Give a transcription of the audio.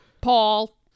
Paul